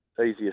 easier